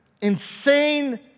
insane